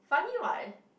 funny [what]